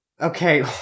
okay